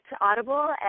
Audible